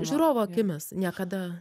žiūrovo akimis niekada